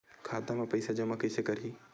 खाता म पईसा जमा कइसे करही?